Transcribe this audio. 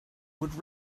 would